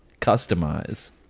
customize